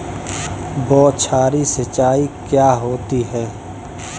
बौछारी सिंचाई क्या होती है?